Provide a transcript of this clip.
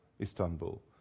Istanbul